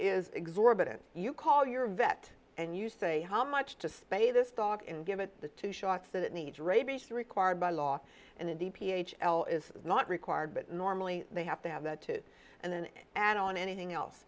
is exorbitant you call your vet and you say how much to spay this dog and give it the two shots that needs rabies are required by law and the d p h l is not required but normally they have to have that too and then an on anything else